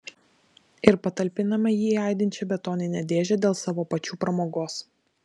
ir patalpiname jį į aidinčią betoninę dėžę dėl savo pačių pramogos